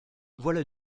voilà